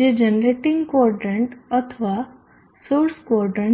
જે generating quadrant અથવા source quadrant છે